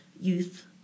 youth